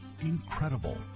Incredible